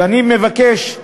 ואני מבקש,